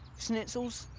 schnitzels,